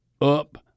up